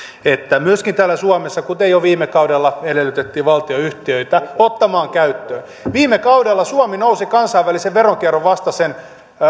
että myöskin täällä suomessa kuten jo viime kaudella edellytettiin valtionyhtiöitä ottamaan käyttöön viime kaudella suomi nousi kansainvälisen veronkierron vastaisen